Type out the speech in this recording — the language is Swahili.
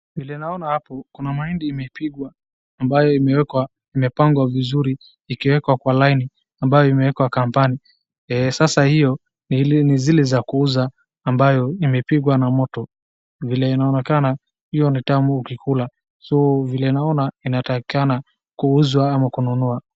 Vile naona hapo kuna mahindi imepigwa ambayo imwekwa, imepangwa vizuri ikawekwa kwa laini ambayo imewekwa kambani. Sasa hiyo ni zile za kuuza ambayo imepigwa na moto vile inaonekana hiyo ni tamu ukikula so vile naona inatakikana kuuzwa ama kununua.